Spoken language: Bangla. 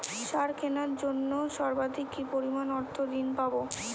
সার কেনার জন্য সর্বাধিক কি পরিমাণ অর্থ ঋণ পাব?